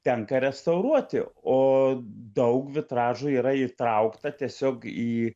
tenka restauruoti o daug vitražų yra įtraukta tiesiog į